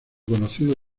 conocido